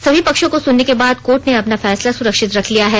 सभी पक्षों को सुनने के बाद कोर्ट ने अपना फैसला सुरक्षित रख लिया है